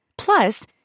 Plus